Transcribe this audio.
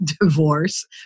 divorce